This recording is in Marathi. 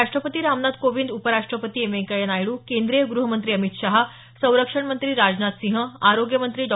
राष्ट्रपती रामनाथ कोविंद उपराष्ट्रपती एम व्यंकय्या नायडू केंद्रीय गृहमंत्री अमित शहा संरक्षण मंत्री राजनाथ सिंह आरोग्य मंत्री डॉ